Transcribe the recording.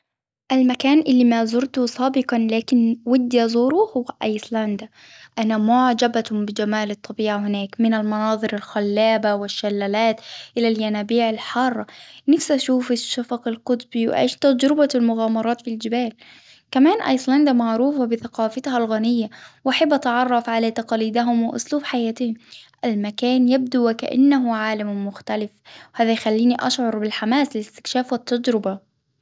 المكان اللي ما زرته سابقا لكن ودي أزوره هو أيسلندا. أنا معجبة بجمال الطبيعة هناك من المنازر الخلابة والشلالات إلى الينابيع الحارة، نفسي أشوف الشفق القطبي وأعيش تجربة المغامرات بالجبال، كمان إيفوندا معروفة بثقافتها الغنية وأحب أتعرف على تقاليدهم وإسلوب حياتهم، المكان يبدو وكأنه عالم مختلف، هذا يخليني أشعر بالحماس للإستكشاف والتجربة.